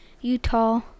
Utah